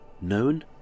known